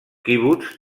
quibuts